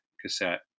cassette